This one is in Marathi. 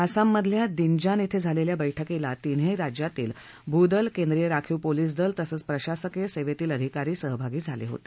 आसाम मधील दिनजान बे झालेल्या बैठकीला तीनही राज्यातील भूदल कॅंद्रीय राखीव पोलीस दल तसंच प्रशासकीय सेवेतील आधिकारी सहभागी झाले होते